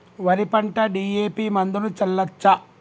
వరి పంట డి.ఎ.పి మందును చల్లచ్చా?